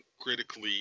critically